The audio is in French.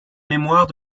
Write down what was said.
mémoire